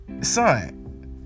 son